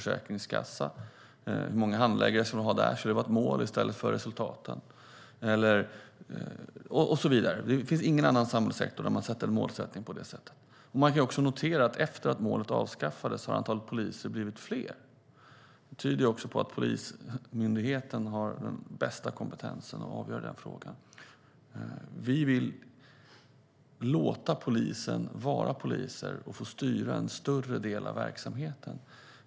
Ska det vara ett mål på till exempel Försäkringskassan hur många handläggare vi har i stället för att se till resultaten? Det finns ingen annan samhällssektor där man sätter mål på det här sättet. Man kan också notera att efter att målet avskaffades har antalet poliser blivit större. Det tyder också på att Polismyndigheten har den bästa kompetensen att avgöra den frågan. Vi vill låta polisen vara just poliser och få styra en större del av verksamheten.